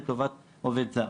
לטובת עובד זר.